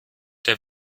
der